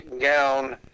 gown